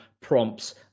prompts